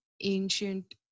ancient